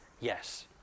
yes